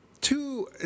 two